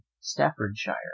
Staffordshire